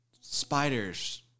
spiders